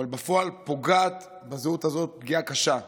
אבל בפועל פוגעת בזהות הזאת פגיעה קשה,